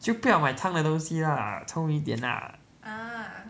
就不要买汤的东西 lah 聪明一点 lah